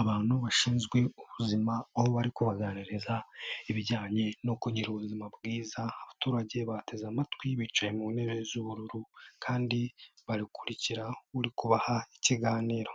abantu bashinzwe ubuzima, aho bari kubariza ibijyanye no kugira ubuzima bwiza, abaturage bateze amatwi bicaye mu ntebe z'ubururu kandi bakurikira uri kubaha ikiganiro.